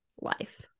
life